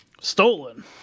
Stolen